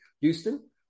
Houston